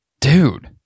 dude